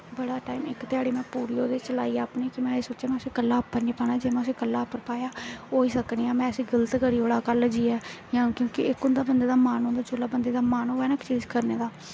बड़ा टाईम इक ध्याड़ी में ओह्दे च लाई अपनी कि में सोचेआ में उसी कल्ल उप्पर निं पाना जे समें उसी कल्ला उप्पर पाया होई सकदा में गल्त करी ओड़ां कल जाइयै जां क्योंकि इक होंदा बंदे दा मन जिसलै बंदे दा मन होई ना किश करने दा